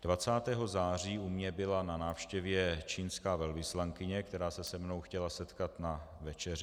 20. září u mě byla na návštěvě čínská velvyslankyně, která se se mnou chtěla setkat na večeři.